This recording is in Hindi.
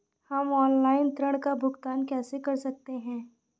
हम ऑनलाइन ऋण का भुगतान कैसे कर सकते हैं?